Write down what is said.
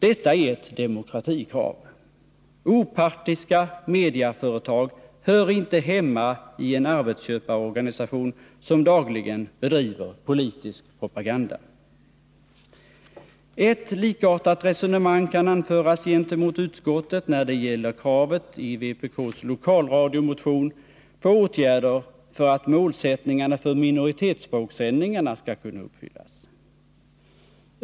Detta är ett demokratikrav. Opartiska mediaföretag hör inte hemma i en arbetsköparorganisation som dagligen bedriver politisk propaganda. Ett likartat resonemang kan anföras gentemot utskottet när det gäller kravet i vpk:s lokalradiomotion på åtgärder för att målsättningarna för minoritetsspråkssändningarna skall kunna uppfyllas.